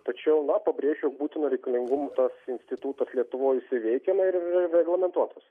tačiau na pabrėžiu būtino reikalingumo tas institutas lietuvoj jisai veikia na ir yra reglamentuotas